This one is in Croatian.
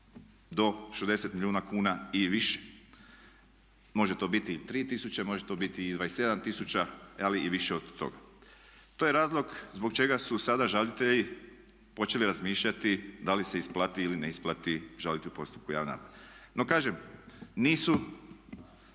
do 60 milijuna kuna i više. Može to biti i 3 tisuće može to biti i 27 tisuća ali i više od toga. To je razlog zbog čega su sada žalitelji počeli razmišljati da li se isplati ili ne isplati žaliti u postupku javne nabave. No kažem, nisu